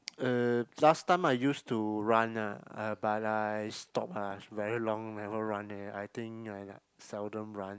uh last time I used to run ah uh but I stop lah very long never run already I think I like seldom run